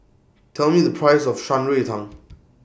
Tell Me The Price of Shan Rui Tang